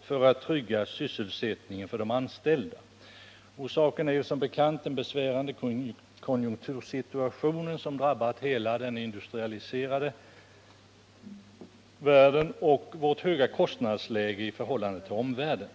för att trygga sysselsättningen för de anställda. Orsaken är som bekant den besvärande konjunktursituation som drabbat hela den industrialiserade världen och vårt höga kostnadsläge i förhållande till omvärlden.